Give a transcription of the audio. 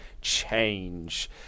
Change